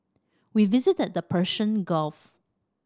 we visited the Persian Gulf